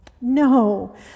No